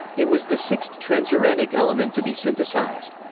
it was the sixth transuranic element to be synthesized.